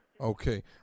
Okay